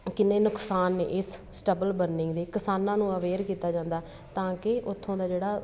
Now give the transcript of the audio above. ਕਿੰਨੇ ਨੁਕਸਾਨ ਨੇ ਇਸ ਸਟਬਲ ਬਰਨਿੰਗ ਦੇ ਕਿਸਾਨਾਂ ਨੂੰ ਅਵੇਅਰ ਕੀਤਾ ਜਾਂਦਾ ਤਾਂ ਕਿ ਉੱਥੋਂ ਦਾ ਜਿਹੜਾ